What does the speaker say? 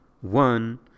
One